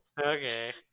Okay